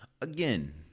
again